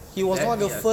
that ya